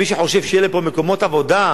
ומי שחושב שיהיו להם פה מקומות עבודה,